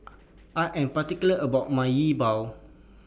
I Am particular about My Yi Bua